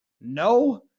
No